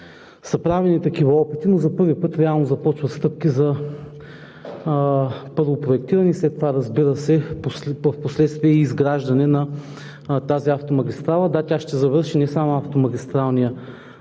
са правени такива опити, но за първи път реално започват стъпки първо за проектиране и след това, разбира се, изграждане на тази автомагистрала. Да, тя ще завърши не само автомагистралния